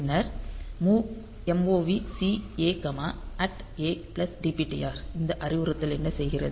பின்னர் MOVC A a dptr இந்த அறிவுறுத்தல் என்ன செய்கிறது